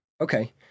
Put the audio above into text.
Okay